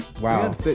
wow